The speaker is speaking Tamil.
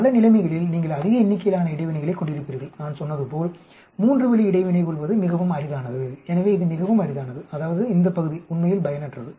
பல நிலைமைகளில் நீங்கள் அதிக எண்ணிக்கையிலான இடைவினைகளைக் கொண்டிருப்பீர்கள் நான் சொன்னது போல் மூன்று வழி இடைவினை கொள்வது மிகவும் அரிதானது எனவே இது மிகவும் அரிதானது அதாவது இந்த பகுதி உண்மையில் பயனற்றது